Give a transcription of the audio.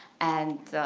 and